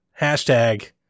hashtag